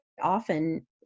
often